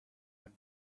but